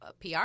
PR